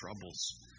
troubles